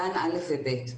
גילי גן וכיתות א' ו-ב'.